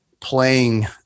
playing